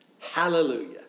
Hallelujah